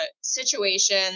situation